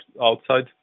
outside